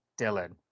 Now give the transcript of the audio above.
Dylan